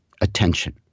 attention